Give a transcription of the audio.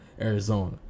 Arizona